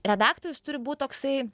redaktorius turi būt toksai